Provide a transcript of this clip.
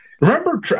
Remember